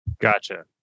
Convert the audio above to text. Gotcha